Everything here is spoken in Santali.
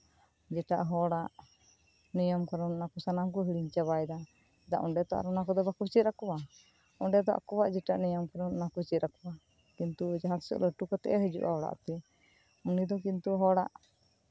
ᱡᱮᱴᱟ ᱦᱚᱲᱟᱜ ᱱᱤᱭᱚᱢ ᱠᱟᱹᱱᱩᱱ ᱚᱱᱟ ᱠᱚ ᱥᱟᱱᱟᱢ ᱠᱚ ᱦᱤᱲᱤᱧ ᱪᱟᱵᱟᱭᱫᱟ ᱚᱸᱰᱮᱛᱚ ᱟᱨ ᱚᱱᱟ ᱠᱚᱫᱚ ᱵᱟᱠᱚ ᱪᱮᱫ ᱟᱠᱚᱣᱟ ᱚᱰᱮ ᱫᱚ ᱟᱠᱚᱣᱟᱜ ᱡᱮᱴᱟ ᱱᱤᱭᱚᱢ ᱠᱟᱹᱱᱩᱱ ᱚᱱᱟ ᱠᱚ ᱪᱮᱫ ᱟᱠᱚᱣᱟ ᱠᱤᱱᱛᱩ ᱡᱟᱦᱟᱸᱛᱤᱥᱚᱜ ᱞᱟᱹᱴᱩ ᱠᱟᱛᱮᱫ ᱦᱤᱡᱩᱜᱼᱟ ᱚᱲᱟᱜᱛᱮ ᱩᱱᱤ ᱫᱚ ᱠᱤᱱᱛᱩ ᱦᱚᱲᱟᱜ